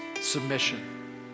submission